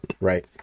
right